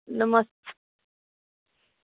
नमस्ते